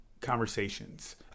conversations